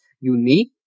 unique